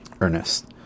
Ernest